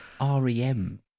REM